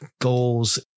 goals